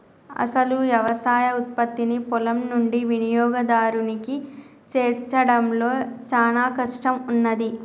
అసలు యవసాయ ఉత్పత్తిని పొలం నుండి వినియోగదారునికి చేర్చడంలో చానా కష్టం ఉన్నాది